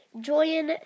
join